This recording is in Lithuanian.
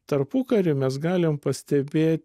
tarpukariu mes galim pastebė